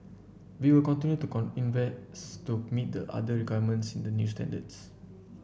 we will continue to invest to meet the other requirements in the new standards